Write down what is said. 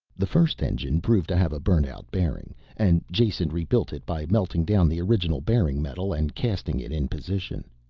the first engine proved to have a burnt-out bearing and jason rebuilt it by melting down the original bearing metal and casting it in position.